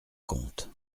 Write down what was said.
compte